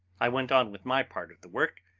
i went on with my part of the work,